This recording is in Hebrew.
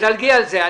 תדלגי על זה.